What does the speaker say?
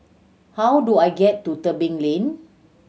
how do I get to Tebing Lane